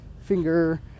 finger